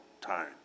time